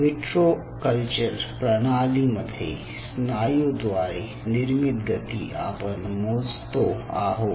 vitro culture प्रणाली मध्ये स्नायू द्वारे निर्मित गती आपण मोजतो आहोत